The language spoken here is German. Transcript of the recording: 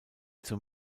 zur